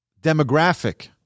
demographic